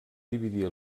dividir